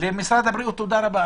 למשרד הבריאות: תודה רבה,